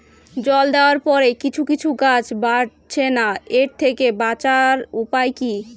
জল দেওয়ার পরে কিছু কিছু গাছ বাড়ছে না এর থেকে বাঁচার উপাদান কী?